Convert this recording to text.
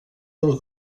del